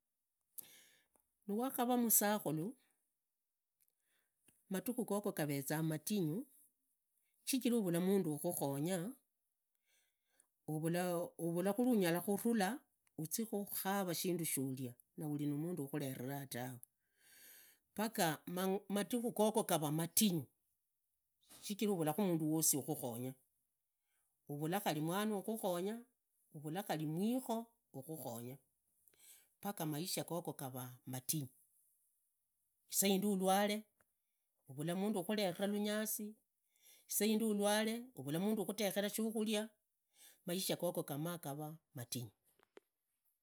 Nawakhavu usakhulu madhiku gago gavezaa matinyu, shichira uvula mundu ukhukhonya, uvurakhuri unyara khurula ukhara shindu sharia na ulimundu ukhuleraa tawe. Paka madhikhu gogo gavaa muhnyu, shikhira un na mundu wosi ukhukhonya, uvula khari mwana ukhukhonya uvula khari mwikho ukhukhonya paka maisha gogo gavaa mahnyu, isaidi ulwale uvala mundu ughuleraa ranyasi, isaidi ulwale uvula mundu ughaleraa runyasi, isaindi ulwale uvura mundu ukhutekheru shukhuria, maisha gogo gamaa gava matinyu.